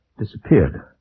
disappeared